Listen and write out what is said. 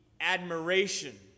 admiration